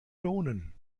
lohnen